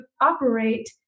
operate